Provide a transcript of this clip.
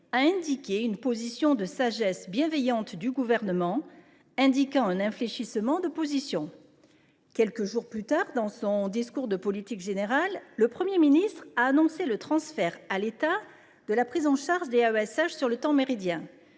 « une position de sagesse particulièrement bienveillante » sur ce texte, signalant ainsi un infléchissement de position. Quelques jours plus tard, dans son discours de politique générale, le Premier ministre a annoncé le transfert à l’État de la prise en charge des AESH sur le temps méridien.